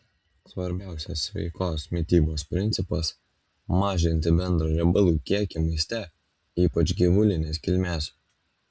svarbiausias sveikos mitybos principas mažinti bendrą riebalų kiekį maiste ypač gyvulinės kilmės